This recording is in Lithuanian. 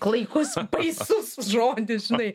klaikus baisus žodis žinai